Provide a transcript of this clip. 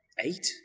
Eight